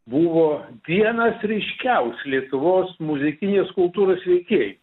buvo vienas ryškiausių lietuvos muzikinės kultūros veikėj